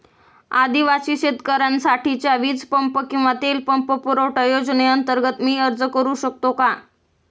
आदिवासी शेतकऱ्यांसाठीच्या वीज पंप किंवा तेल पंप पुरवठा योजनेअंतर्गत मी अर्ज करू शकतो का?